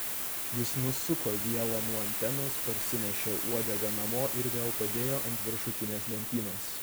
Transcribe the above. jis nusuko vielą nuo antenos parsinešė uodegą namo ir vėl padėjo ant viršutinės lentynos